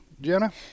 Jenna